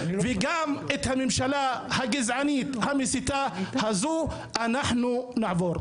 וגם את הממשלה הגזענית המסיתה הזו אנחנו נעבור,